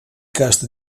cast